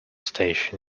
station